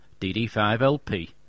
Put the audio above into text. DD5LP